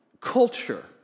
culture